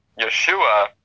Yeshua